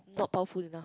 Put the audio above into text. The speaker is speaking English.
not powerful enough